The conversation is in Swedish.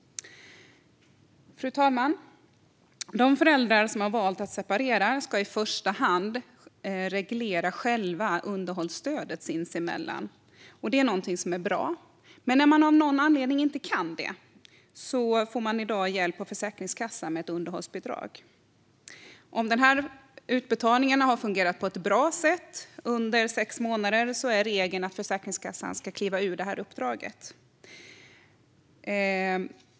Fru talman! De föräldrar som har valt att separera ska i första hand själva reglera underhållsstödet sinsemellan. Det är någonting som är bra. Men när de av någon anledning inte kan det får de i dag hjälp av Försäkringskassan med ett underhållsbidrag. Om utbetalningarna har fungerat på ett bra sätt under sex månader är regeln att Försäkringskassan ska kliva ur uppdraget.